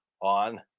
on